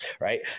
right